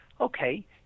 okay